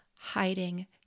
hiding